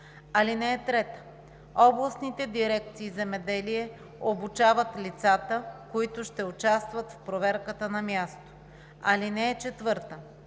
място. (3) Областните дирекции „Земеделие” обучават лицата, които ще участват в проверката на място. (4)